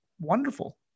wonderful